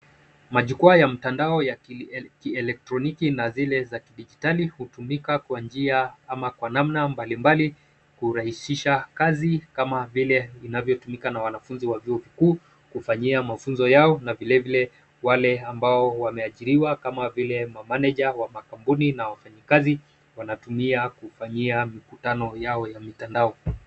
Majukwaa ya mtandao ya kielektroniki na zile za kidijitali kutumika kwa njia ama kwa namna mbalimbali kurahishisha kazi kama vile vinavyotumika na wanafunzi wa chuo kikuu kufanyia mafunzo yao na vile vile wale ambao wameajiriwa kama vile mamanager wa makampuni na wafanyikazi wanatumia kufanyia mikutano yao ya mtandao.